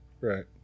Right